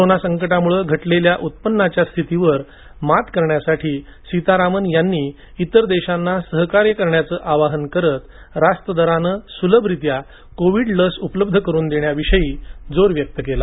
corona संकटामुळे घटलेल्याउत्पन्नाच्या स्थितीवर मात करण्यासाठी सीतारामनयांनी इतर देशांना सहकार्य करण्याच आवाहन करत रास्त दराने सुलभरित्या कोविड लस उपलब्ध करण्याविषयी जोर दिला